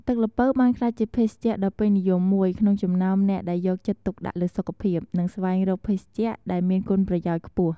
ទឹកល្ពៅបានក្លាយជាភេសជ្ជៈដ៏ពេញនិយមមួយ ក្នុងចំណោមអ្នកដែលយកចិត្តទុកដាក់លើសុខភាព និងស្វែងរកភេសជ្ជៈដែលមានគុណប្រយោជន៍ខ្ពស់។